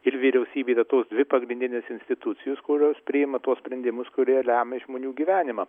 ir vyriausybė yra tos dvi pagrindinės institucijos kurios priima tuos sprendimus kurie lemia žmonių gyvenimą